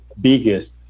biggest